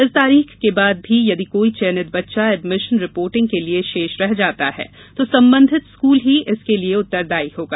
इस तारीख के बाद भी यदि कोई चयनित बच्चा एडमिशन रिपोर्टिंग के लिए शेष रह जाता है तो संबंधित स्कूल ही इसके लिए उत्तरदायी होगा